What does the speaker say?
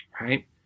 right